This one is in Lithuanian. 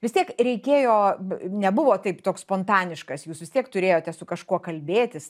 vis tiek reikėjo nebuvo taip toks spontaniškas jūs vis tiek turėjote su kažkuo kalbėtis